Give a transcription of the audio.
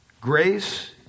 Grace